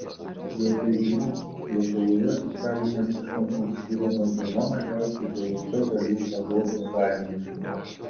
jo teigimu lietuvoje socialinėms išmokoms skiriama viena mažiausių bvp dalių europos sąjungoje